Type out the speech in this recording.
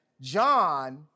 John